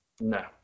No